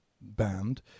band